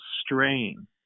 strain